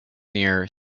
near